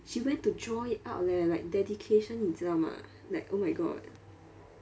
she went to draw it out leh like dedication 你知道吗 like oh my god